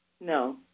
No